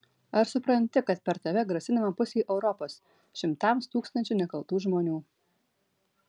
ar supranti kad per tave grasinama pusei europos šimtams tūkstančių nekaltų žmonių